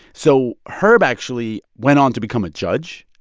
so herb actually went on to become a judge,